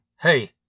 hey